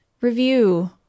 review